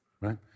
right